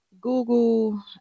Google